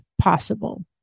possible